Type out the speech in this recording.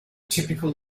typical